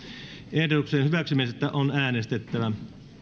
ehdotuksen hyväksymisestä on äänestettävä